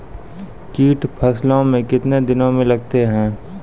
कीट फसलों मे कितने दिनों मे लगते हैं?